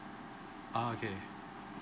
okay